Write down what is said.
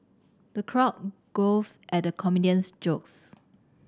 the crowd guffaw at comedian's jokes